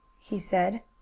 he said.